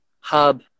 hub